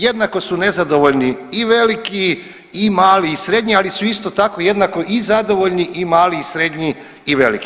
Jednako su nezadovoljni i veliki i mali i srednji, ali su isto tako jednako i zadovoljni i mali i srednji i veliki.